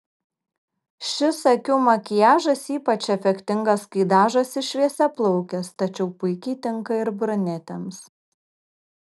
šis akių makiažas ypač efektingas kai dažosi šviesiaplaukės tačiau puikiai tinka ir brunetėms